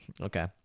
Okay